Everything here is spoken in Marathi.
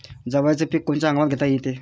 जवारीचं पीक कोनच्या हंगामात घेता येते?